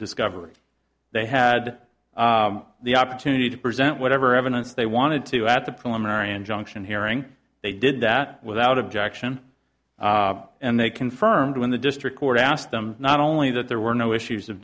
discovery they had the opportunity to present whatever evidence they wanted to at the preliminary injunction hearing they did that without objection and they confirmed when the district court asked them not only that there were no issues of